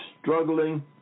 struggling